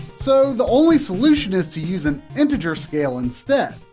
so the only solution is to use an integer scale instead.